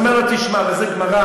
הוא אומר לו: תשמע, וזו גמרא